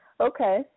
Okay